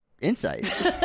insight